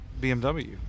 bmw